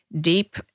deep